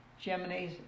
gemini's